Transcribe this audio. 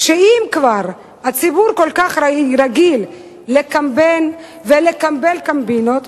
שאם כבר הציבור כל כך רגיל לקמבן ולקמבן קומבינות,